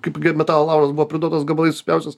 kaipgi metalo laužas buvo priduotas gabalais supjaustytas